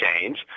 change